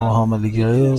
حاملگیهای